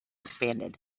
expanded